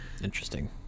Interesting